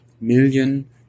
million